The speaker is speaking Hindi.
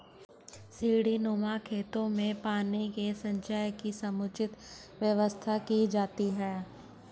सीढ़ीनुमा खेतों में पानी के संचय की समुचित व्यवस्था की जाती है